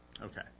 Okay